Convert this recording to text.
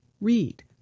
read